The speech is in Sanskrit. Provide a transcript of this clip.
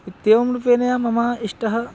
इत्येवं रूपेण मम इष्टः